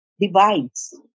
divides